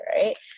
right